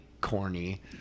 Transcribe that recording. corny